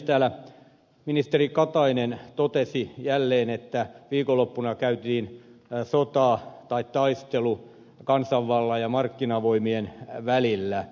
täällä ministeri katainen totesi jälleen että viikonloppuna käytiin sota tai taistelu kansanvallan ja markkinavoimien välillä